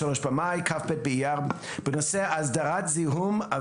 23 במאי 2022. על סדר היום: